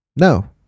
No